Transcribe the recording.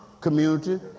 community